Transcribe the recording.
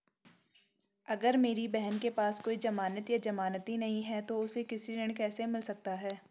अगर मेरी बहन के पास कोई जमानत या जमानती नहीं है तो उसे कृषि ऋण कैसे मिल सकता है?